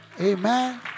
Amen